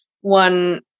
one